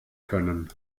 können